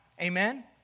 Amen